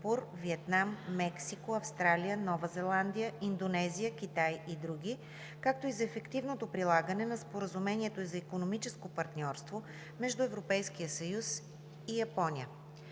Виетнам, Мексико, Австралия, Нова Зеландия, Индонезия, Китай и други, както и за ефективното прилагане на Споразумението за икономическо партньорство между Европейския съюз и Япония.